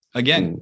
again